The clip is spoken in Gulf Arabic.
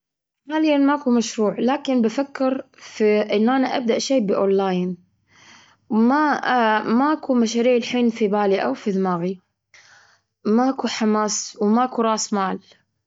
طبعا، الشخص اللي أثر في حياتي كانت أمي، لأنها هي دائما كانت قدوتي بالصبر والتحمل والقوة.